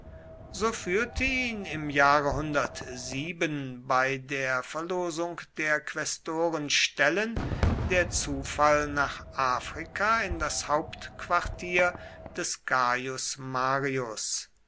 so führte ihn im jahre bei der verlosung der quästorenstellen der zufall nach afrika in das hauptquartier